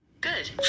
Good